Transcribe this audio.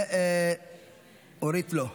2498 ו-2503,